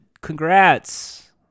congrats